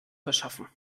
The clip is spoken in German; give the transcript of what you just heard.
verschaffen